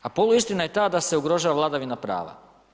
A poluistina je ta da se ugrožava vladavina prava.